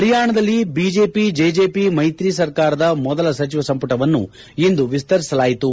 ಪರಿಯಾಣದಲ್ಲಿ BJP JJP ಮೈತ್ರಿ ಸರ್ಕಾರದ ಮೊದಲ ಸಚಿವ ಸಂಪುಟವನ್ನು ಇಂದು ವಿಸ್ತರಿಸಲಾಯಿತು